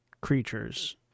creatures